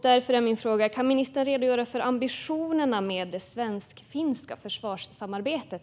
Därför är min fråga: Kan ministern närmare redogöra för ambitionerna med det svensk-finska försvarssamarbetet?